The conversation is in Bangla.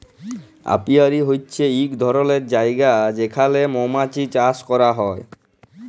অপিয়ারী হছে ইক ধরলের জায়গা যেখালে মমাছি চাষ ক্যরা হ্যয়